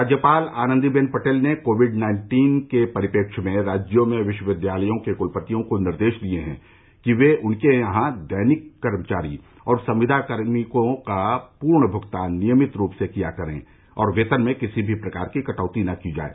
राज्यपाल आनन्दी बेन पटेल ने Covid nineteen के परिप्रेक्ष्य में राज्य में विश्वविद्यालयों के क्लपतियों को निर्देश दिये हैं कि वे उनके यहां दैनिक कर्मचारी और संविदा कार्मिकों का पूर्ण भुगतान नियमित रूप से किया करें और वेतन में किसी भी प्रकार की कटौती न की जाये